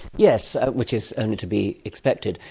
yes, which is only to be expected.